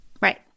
right